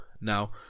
now